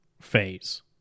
phase